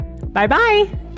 Bye-bye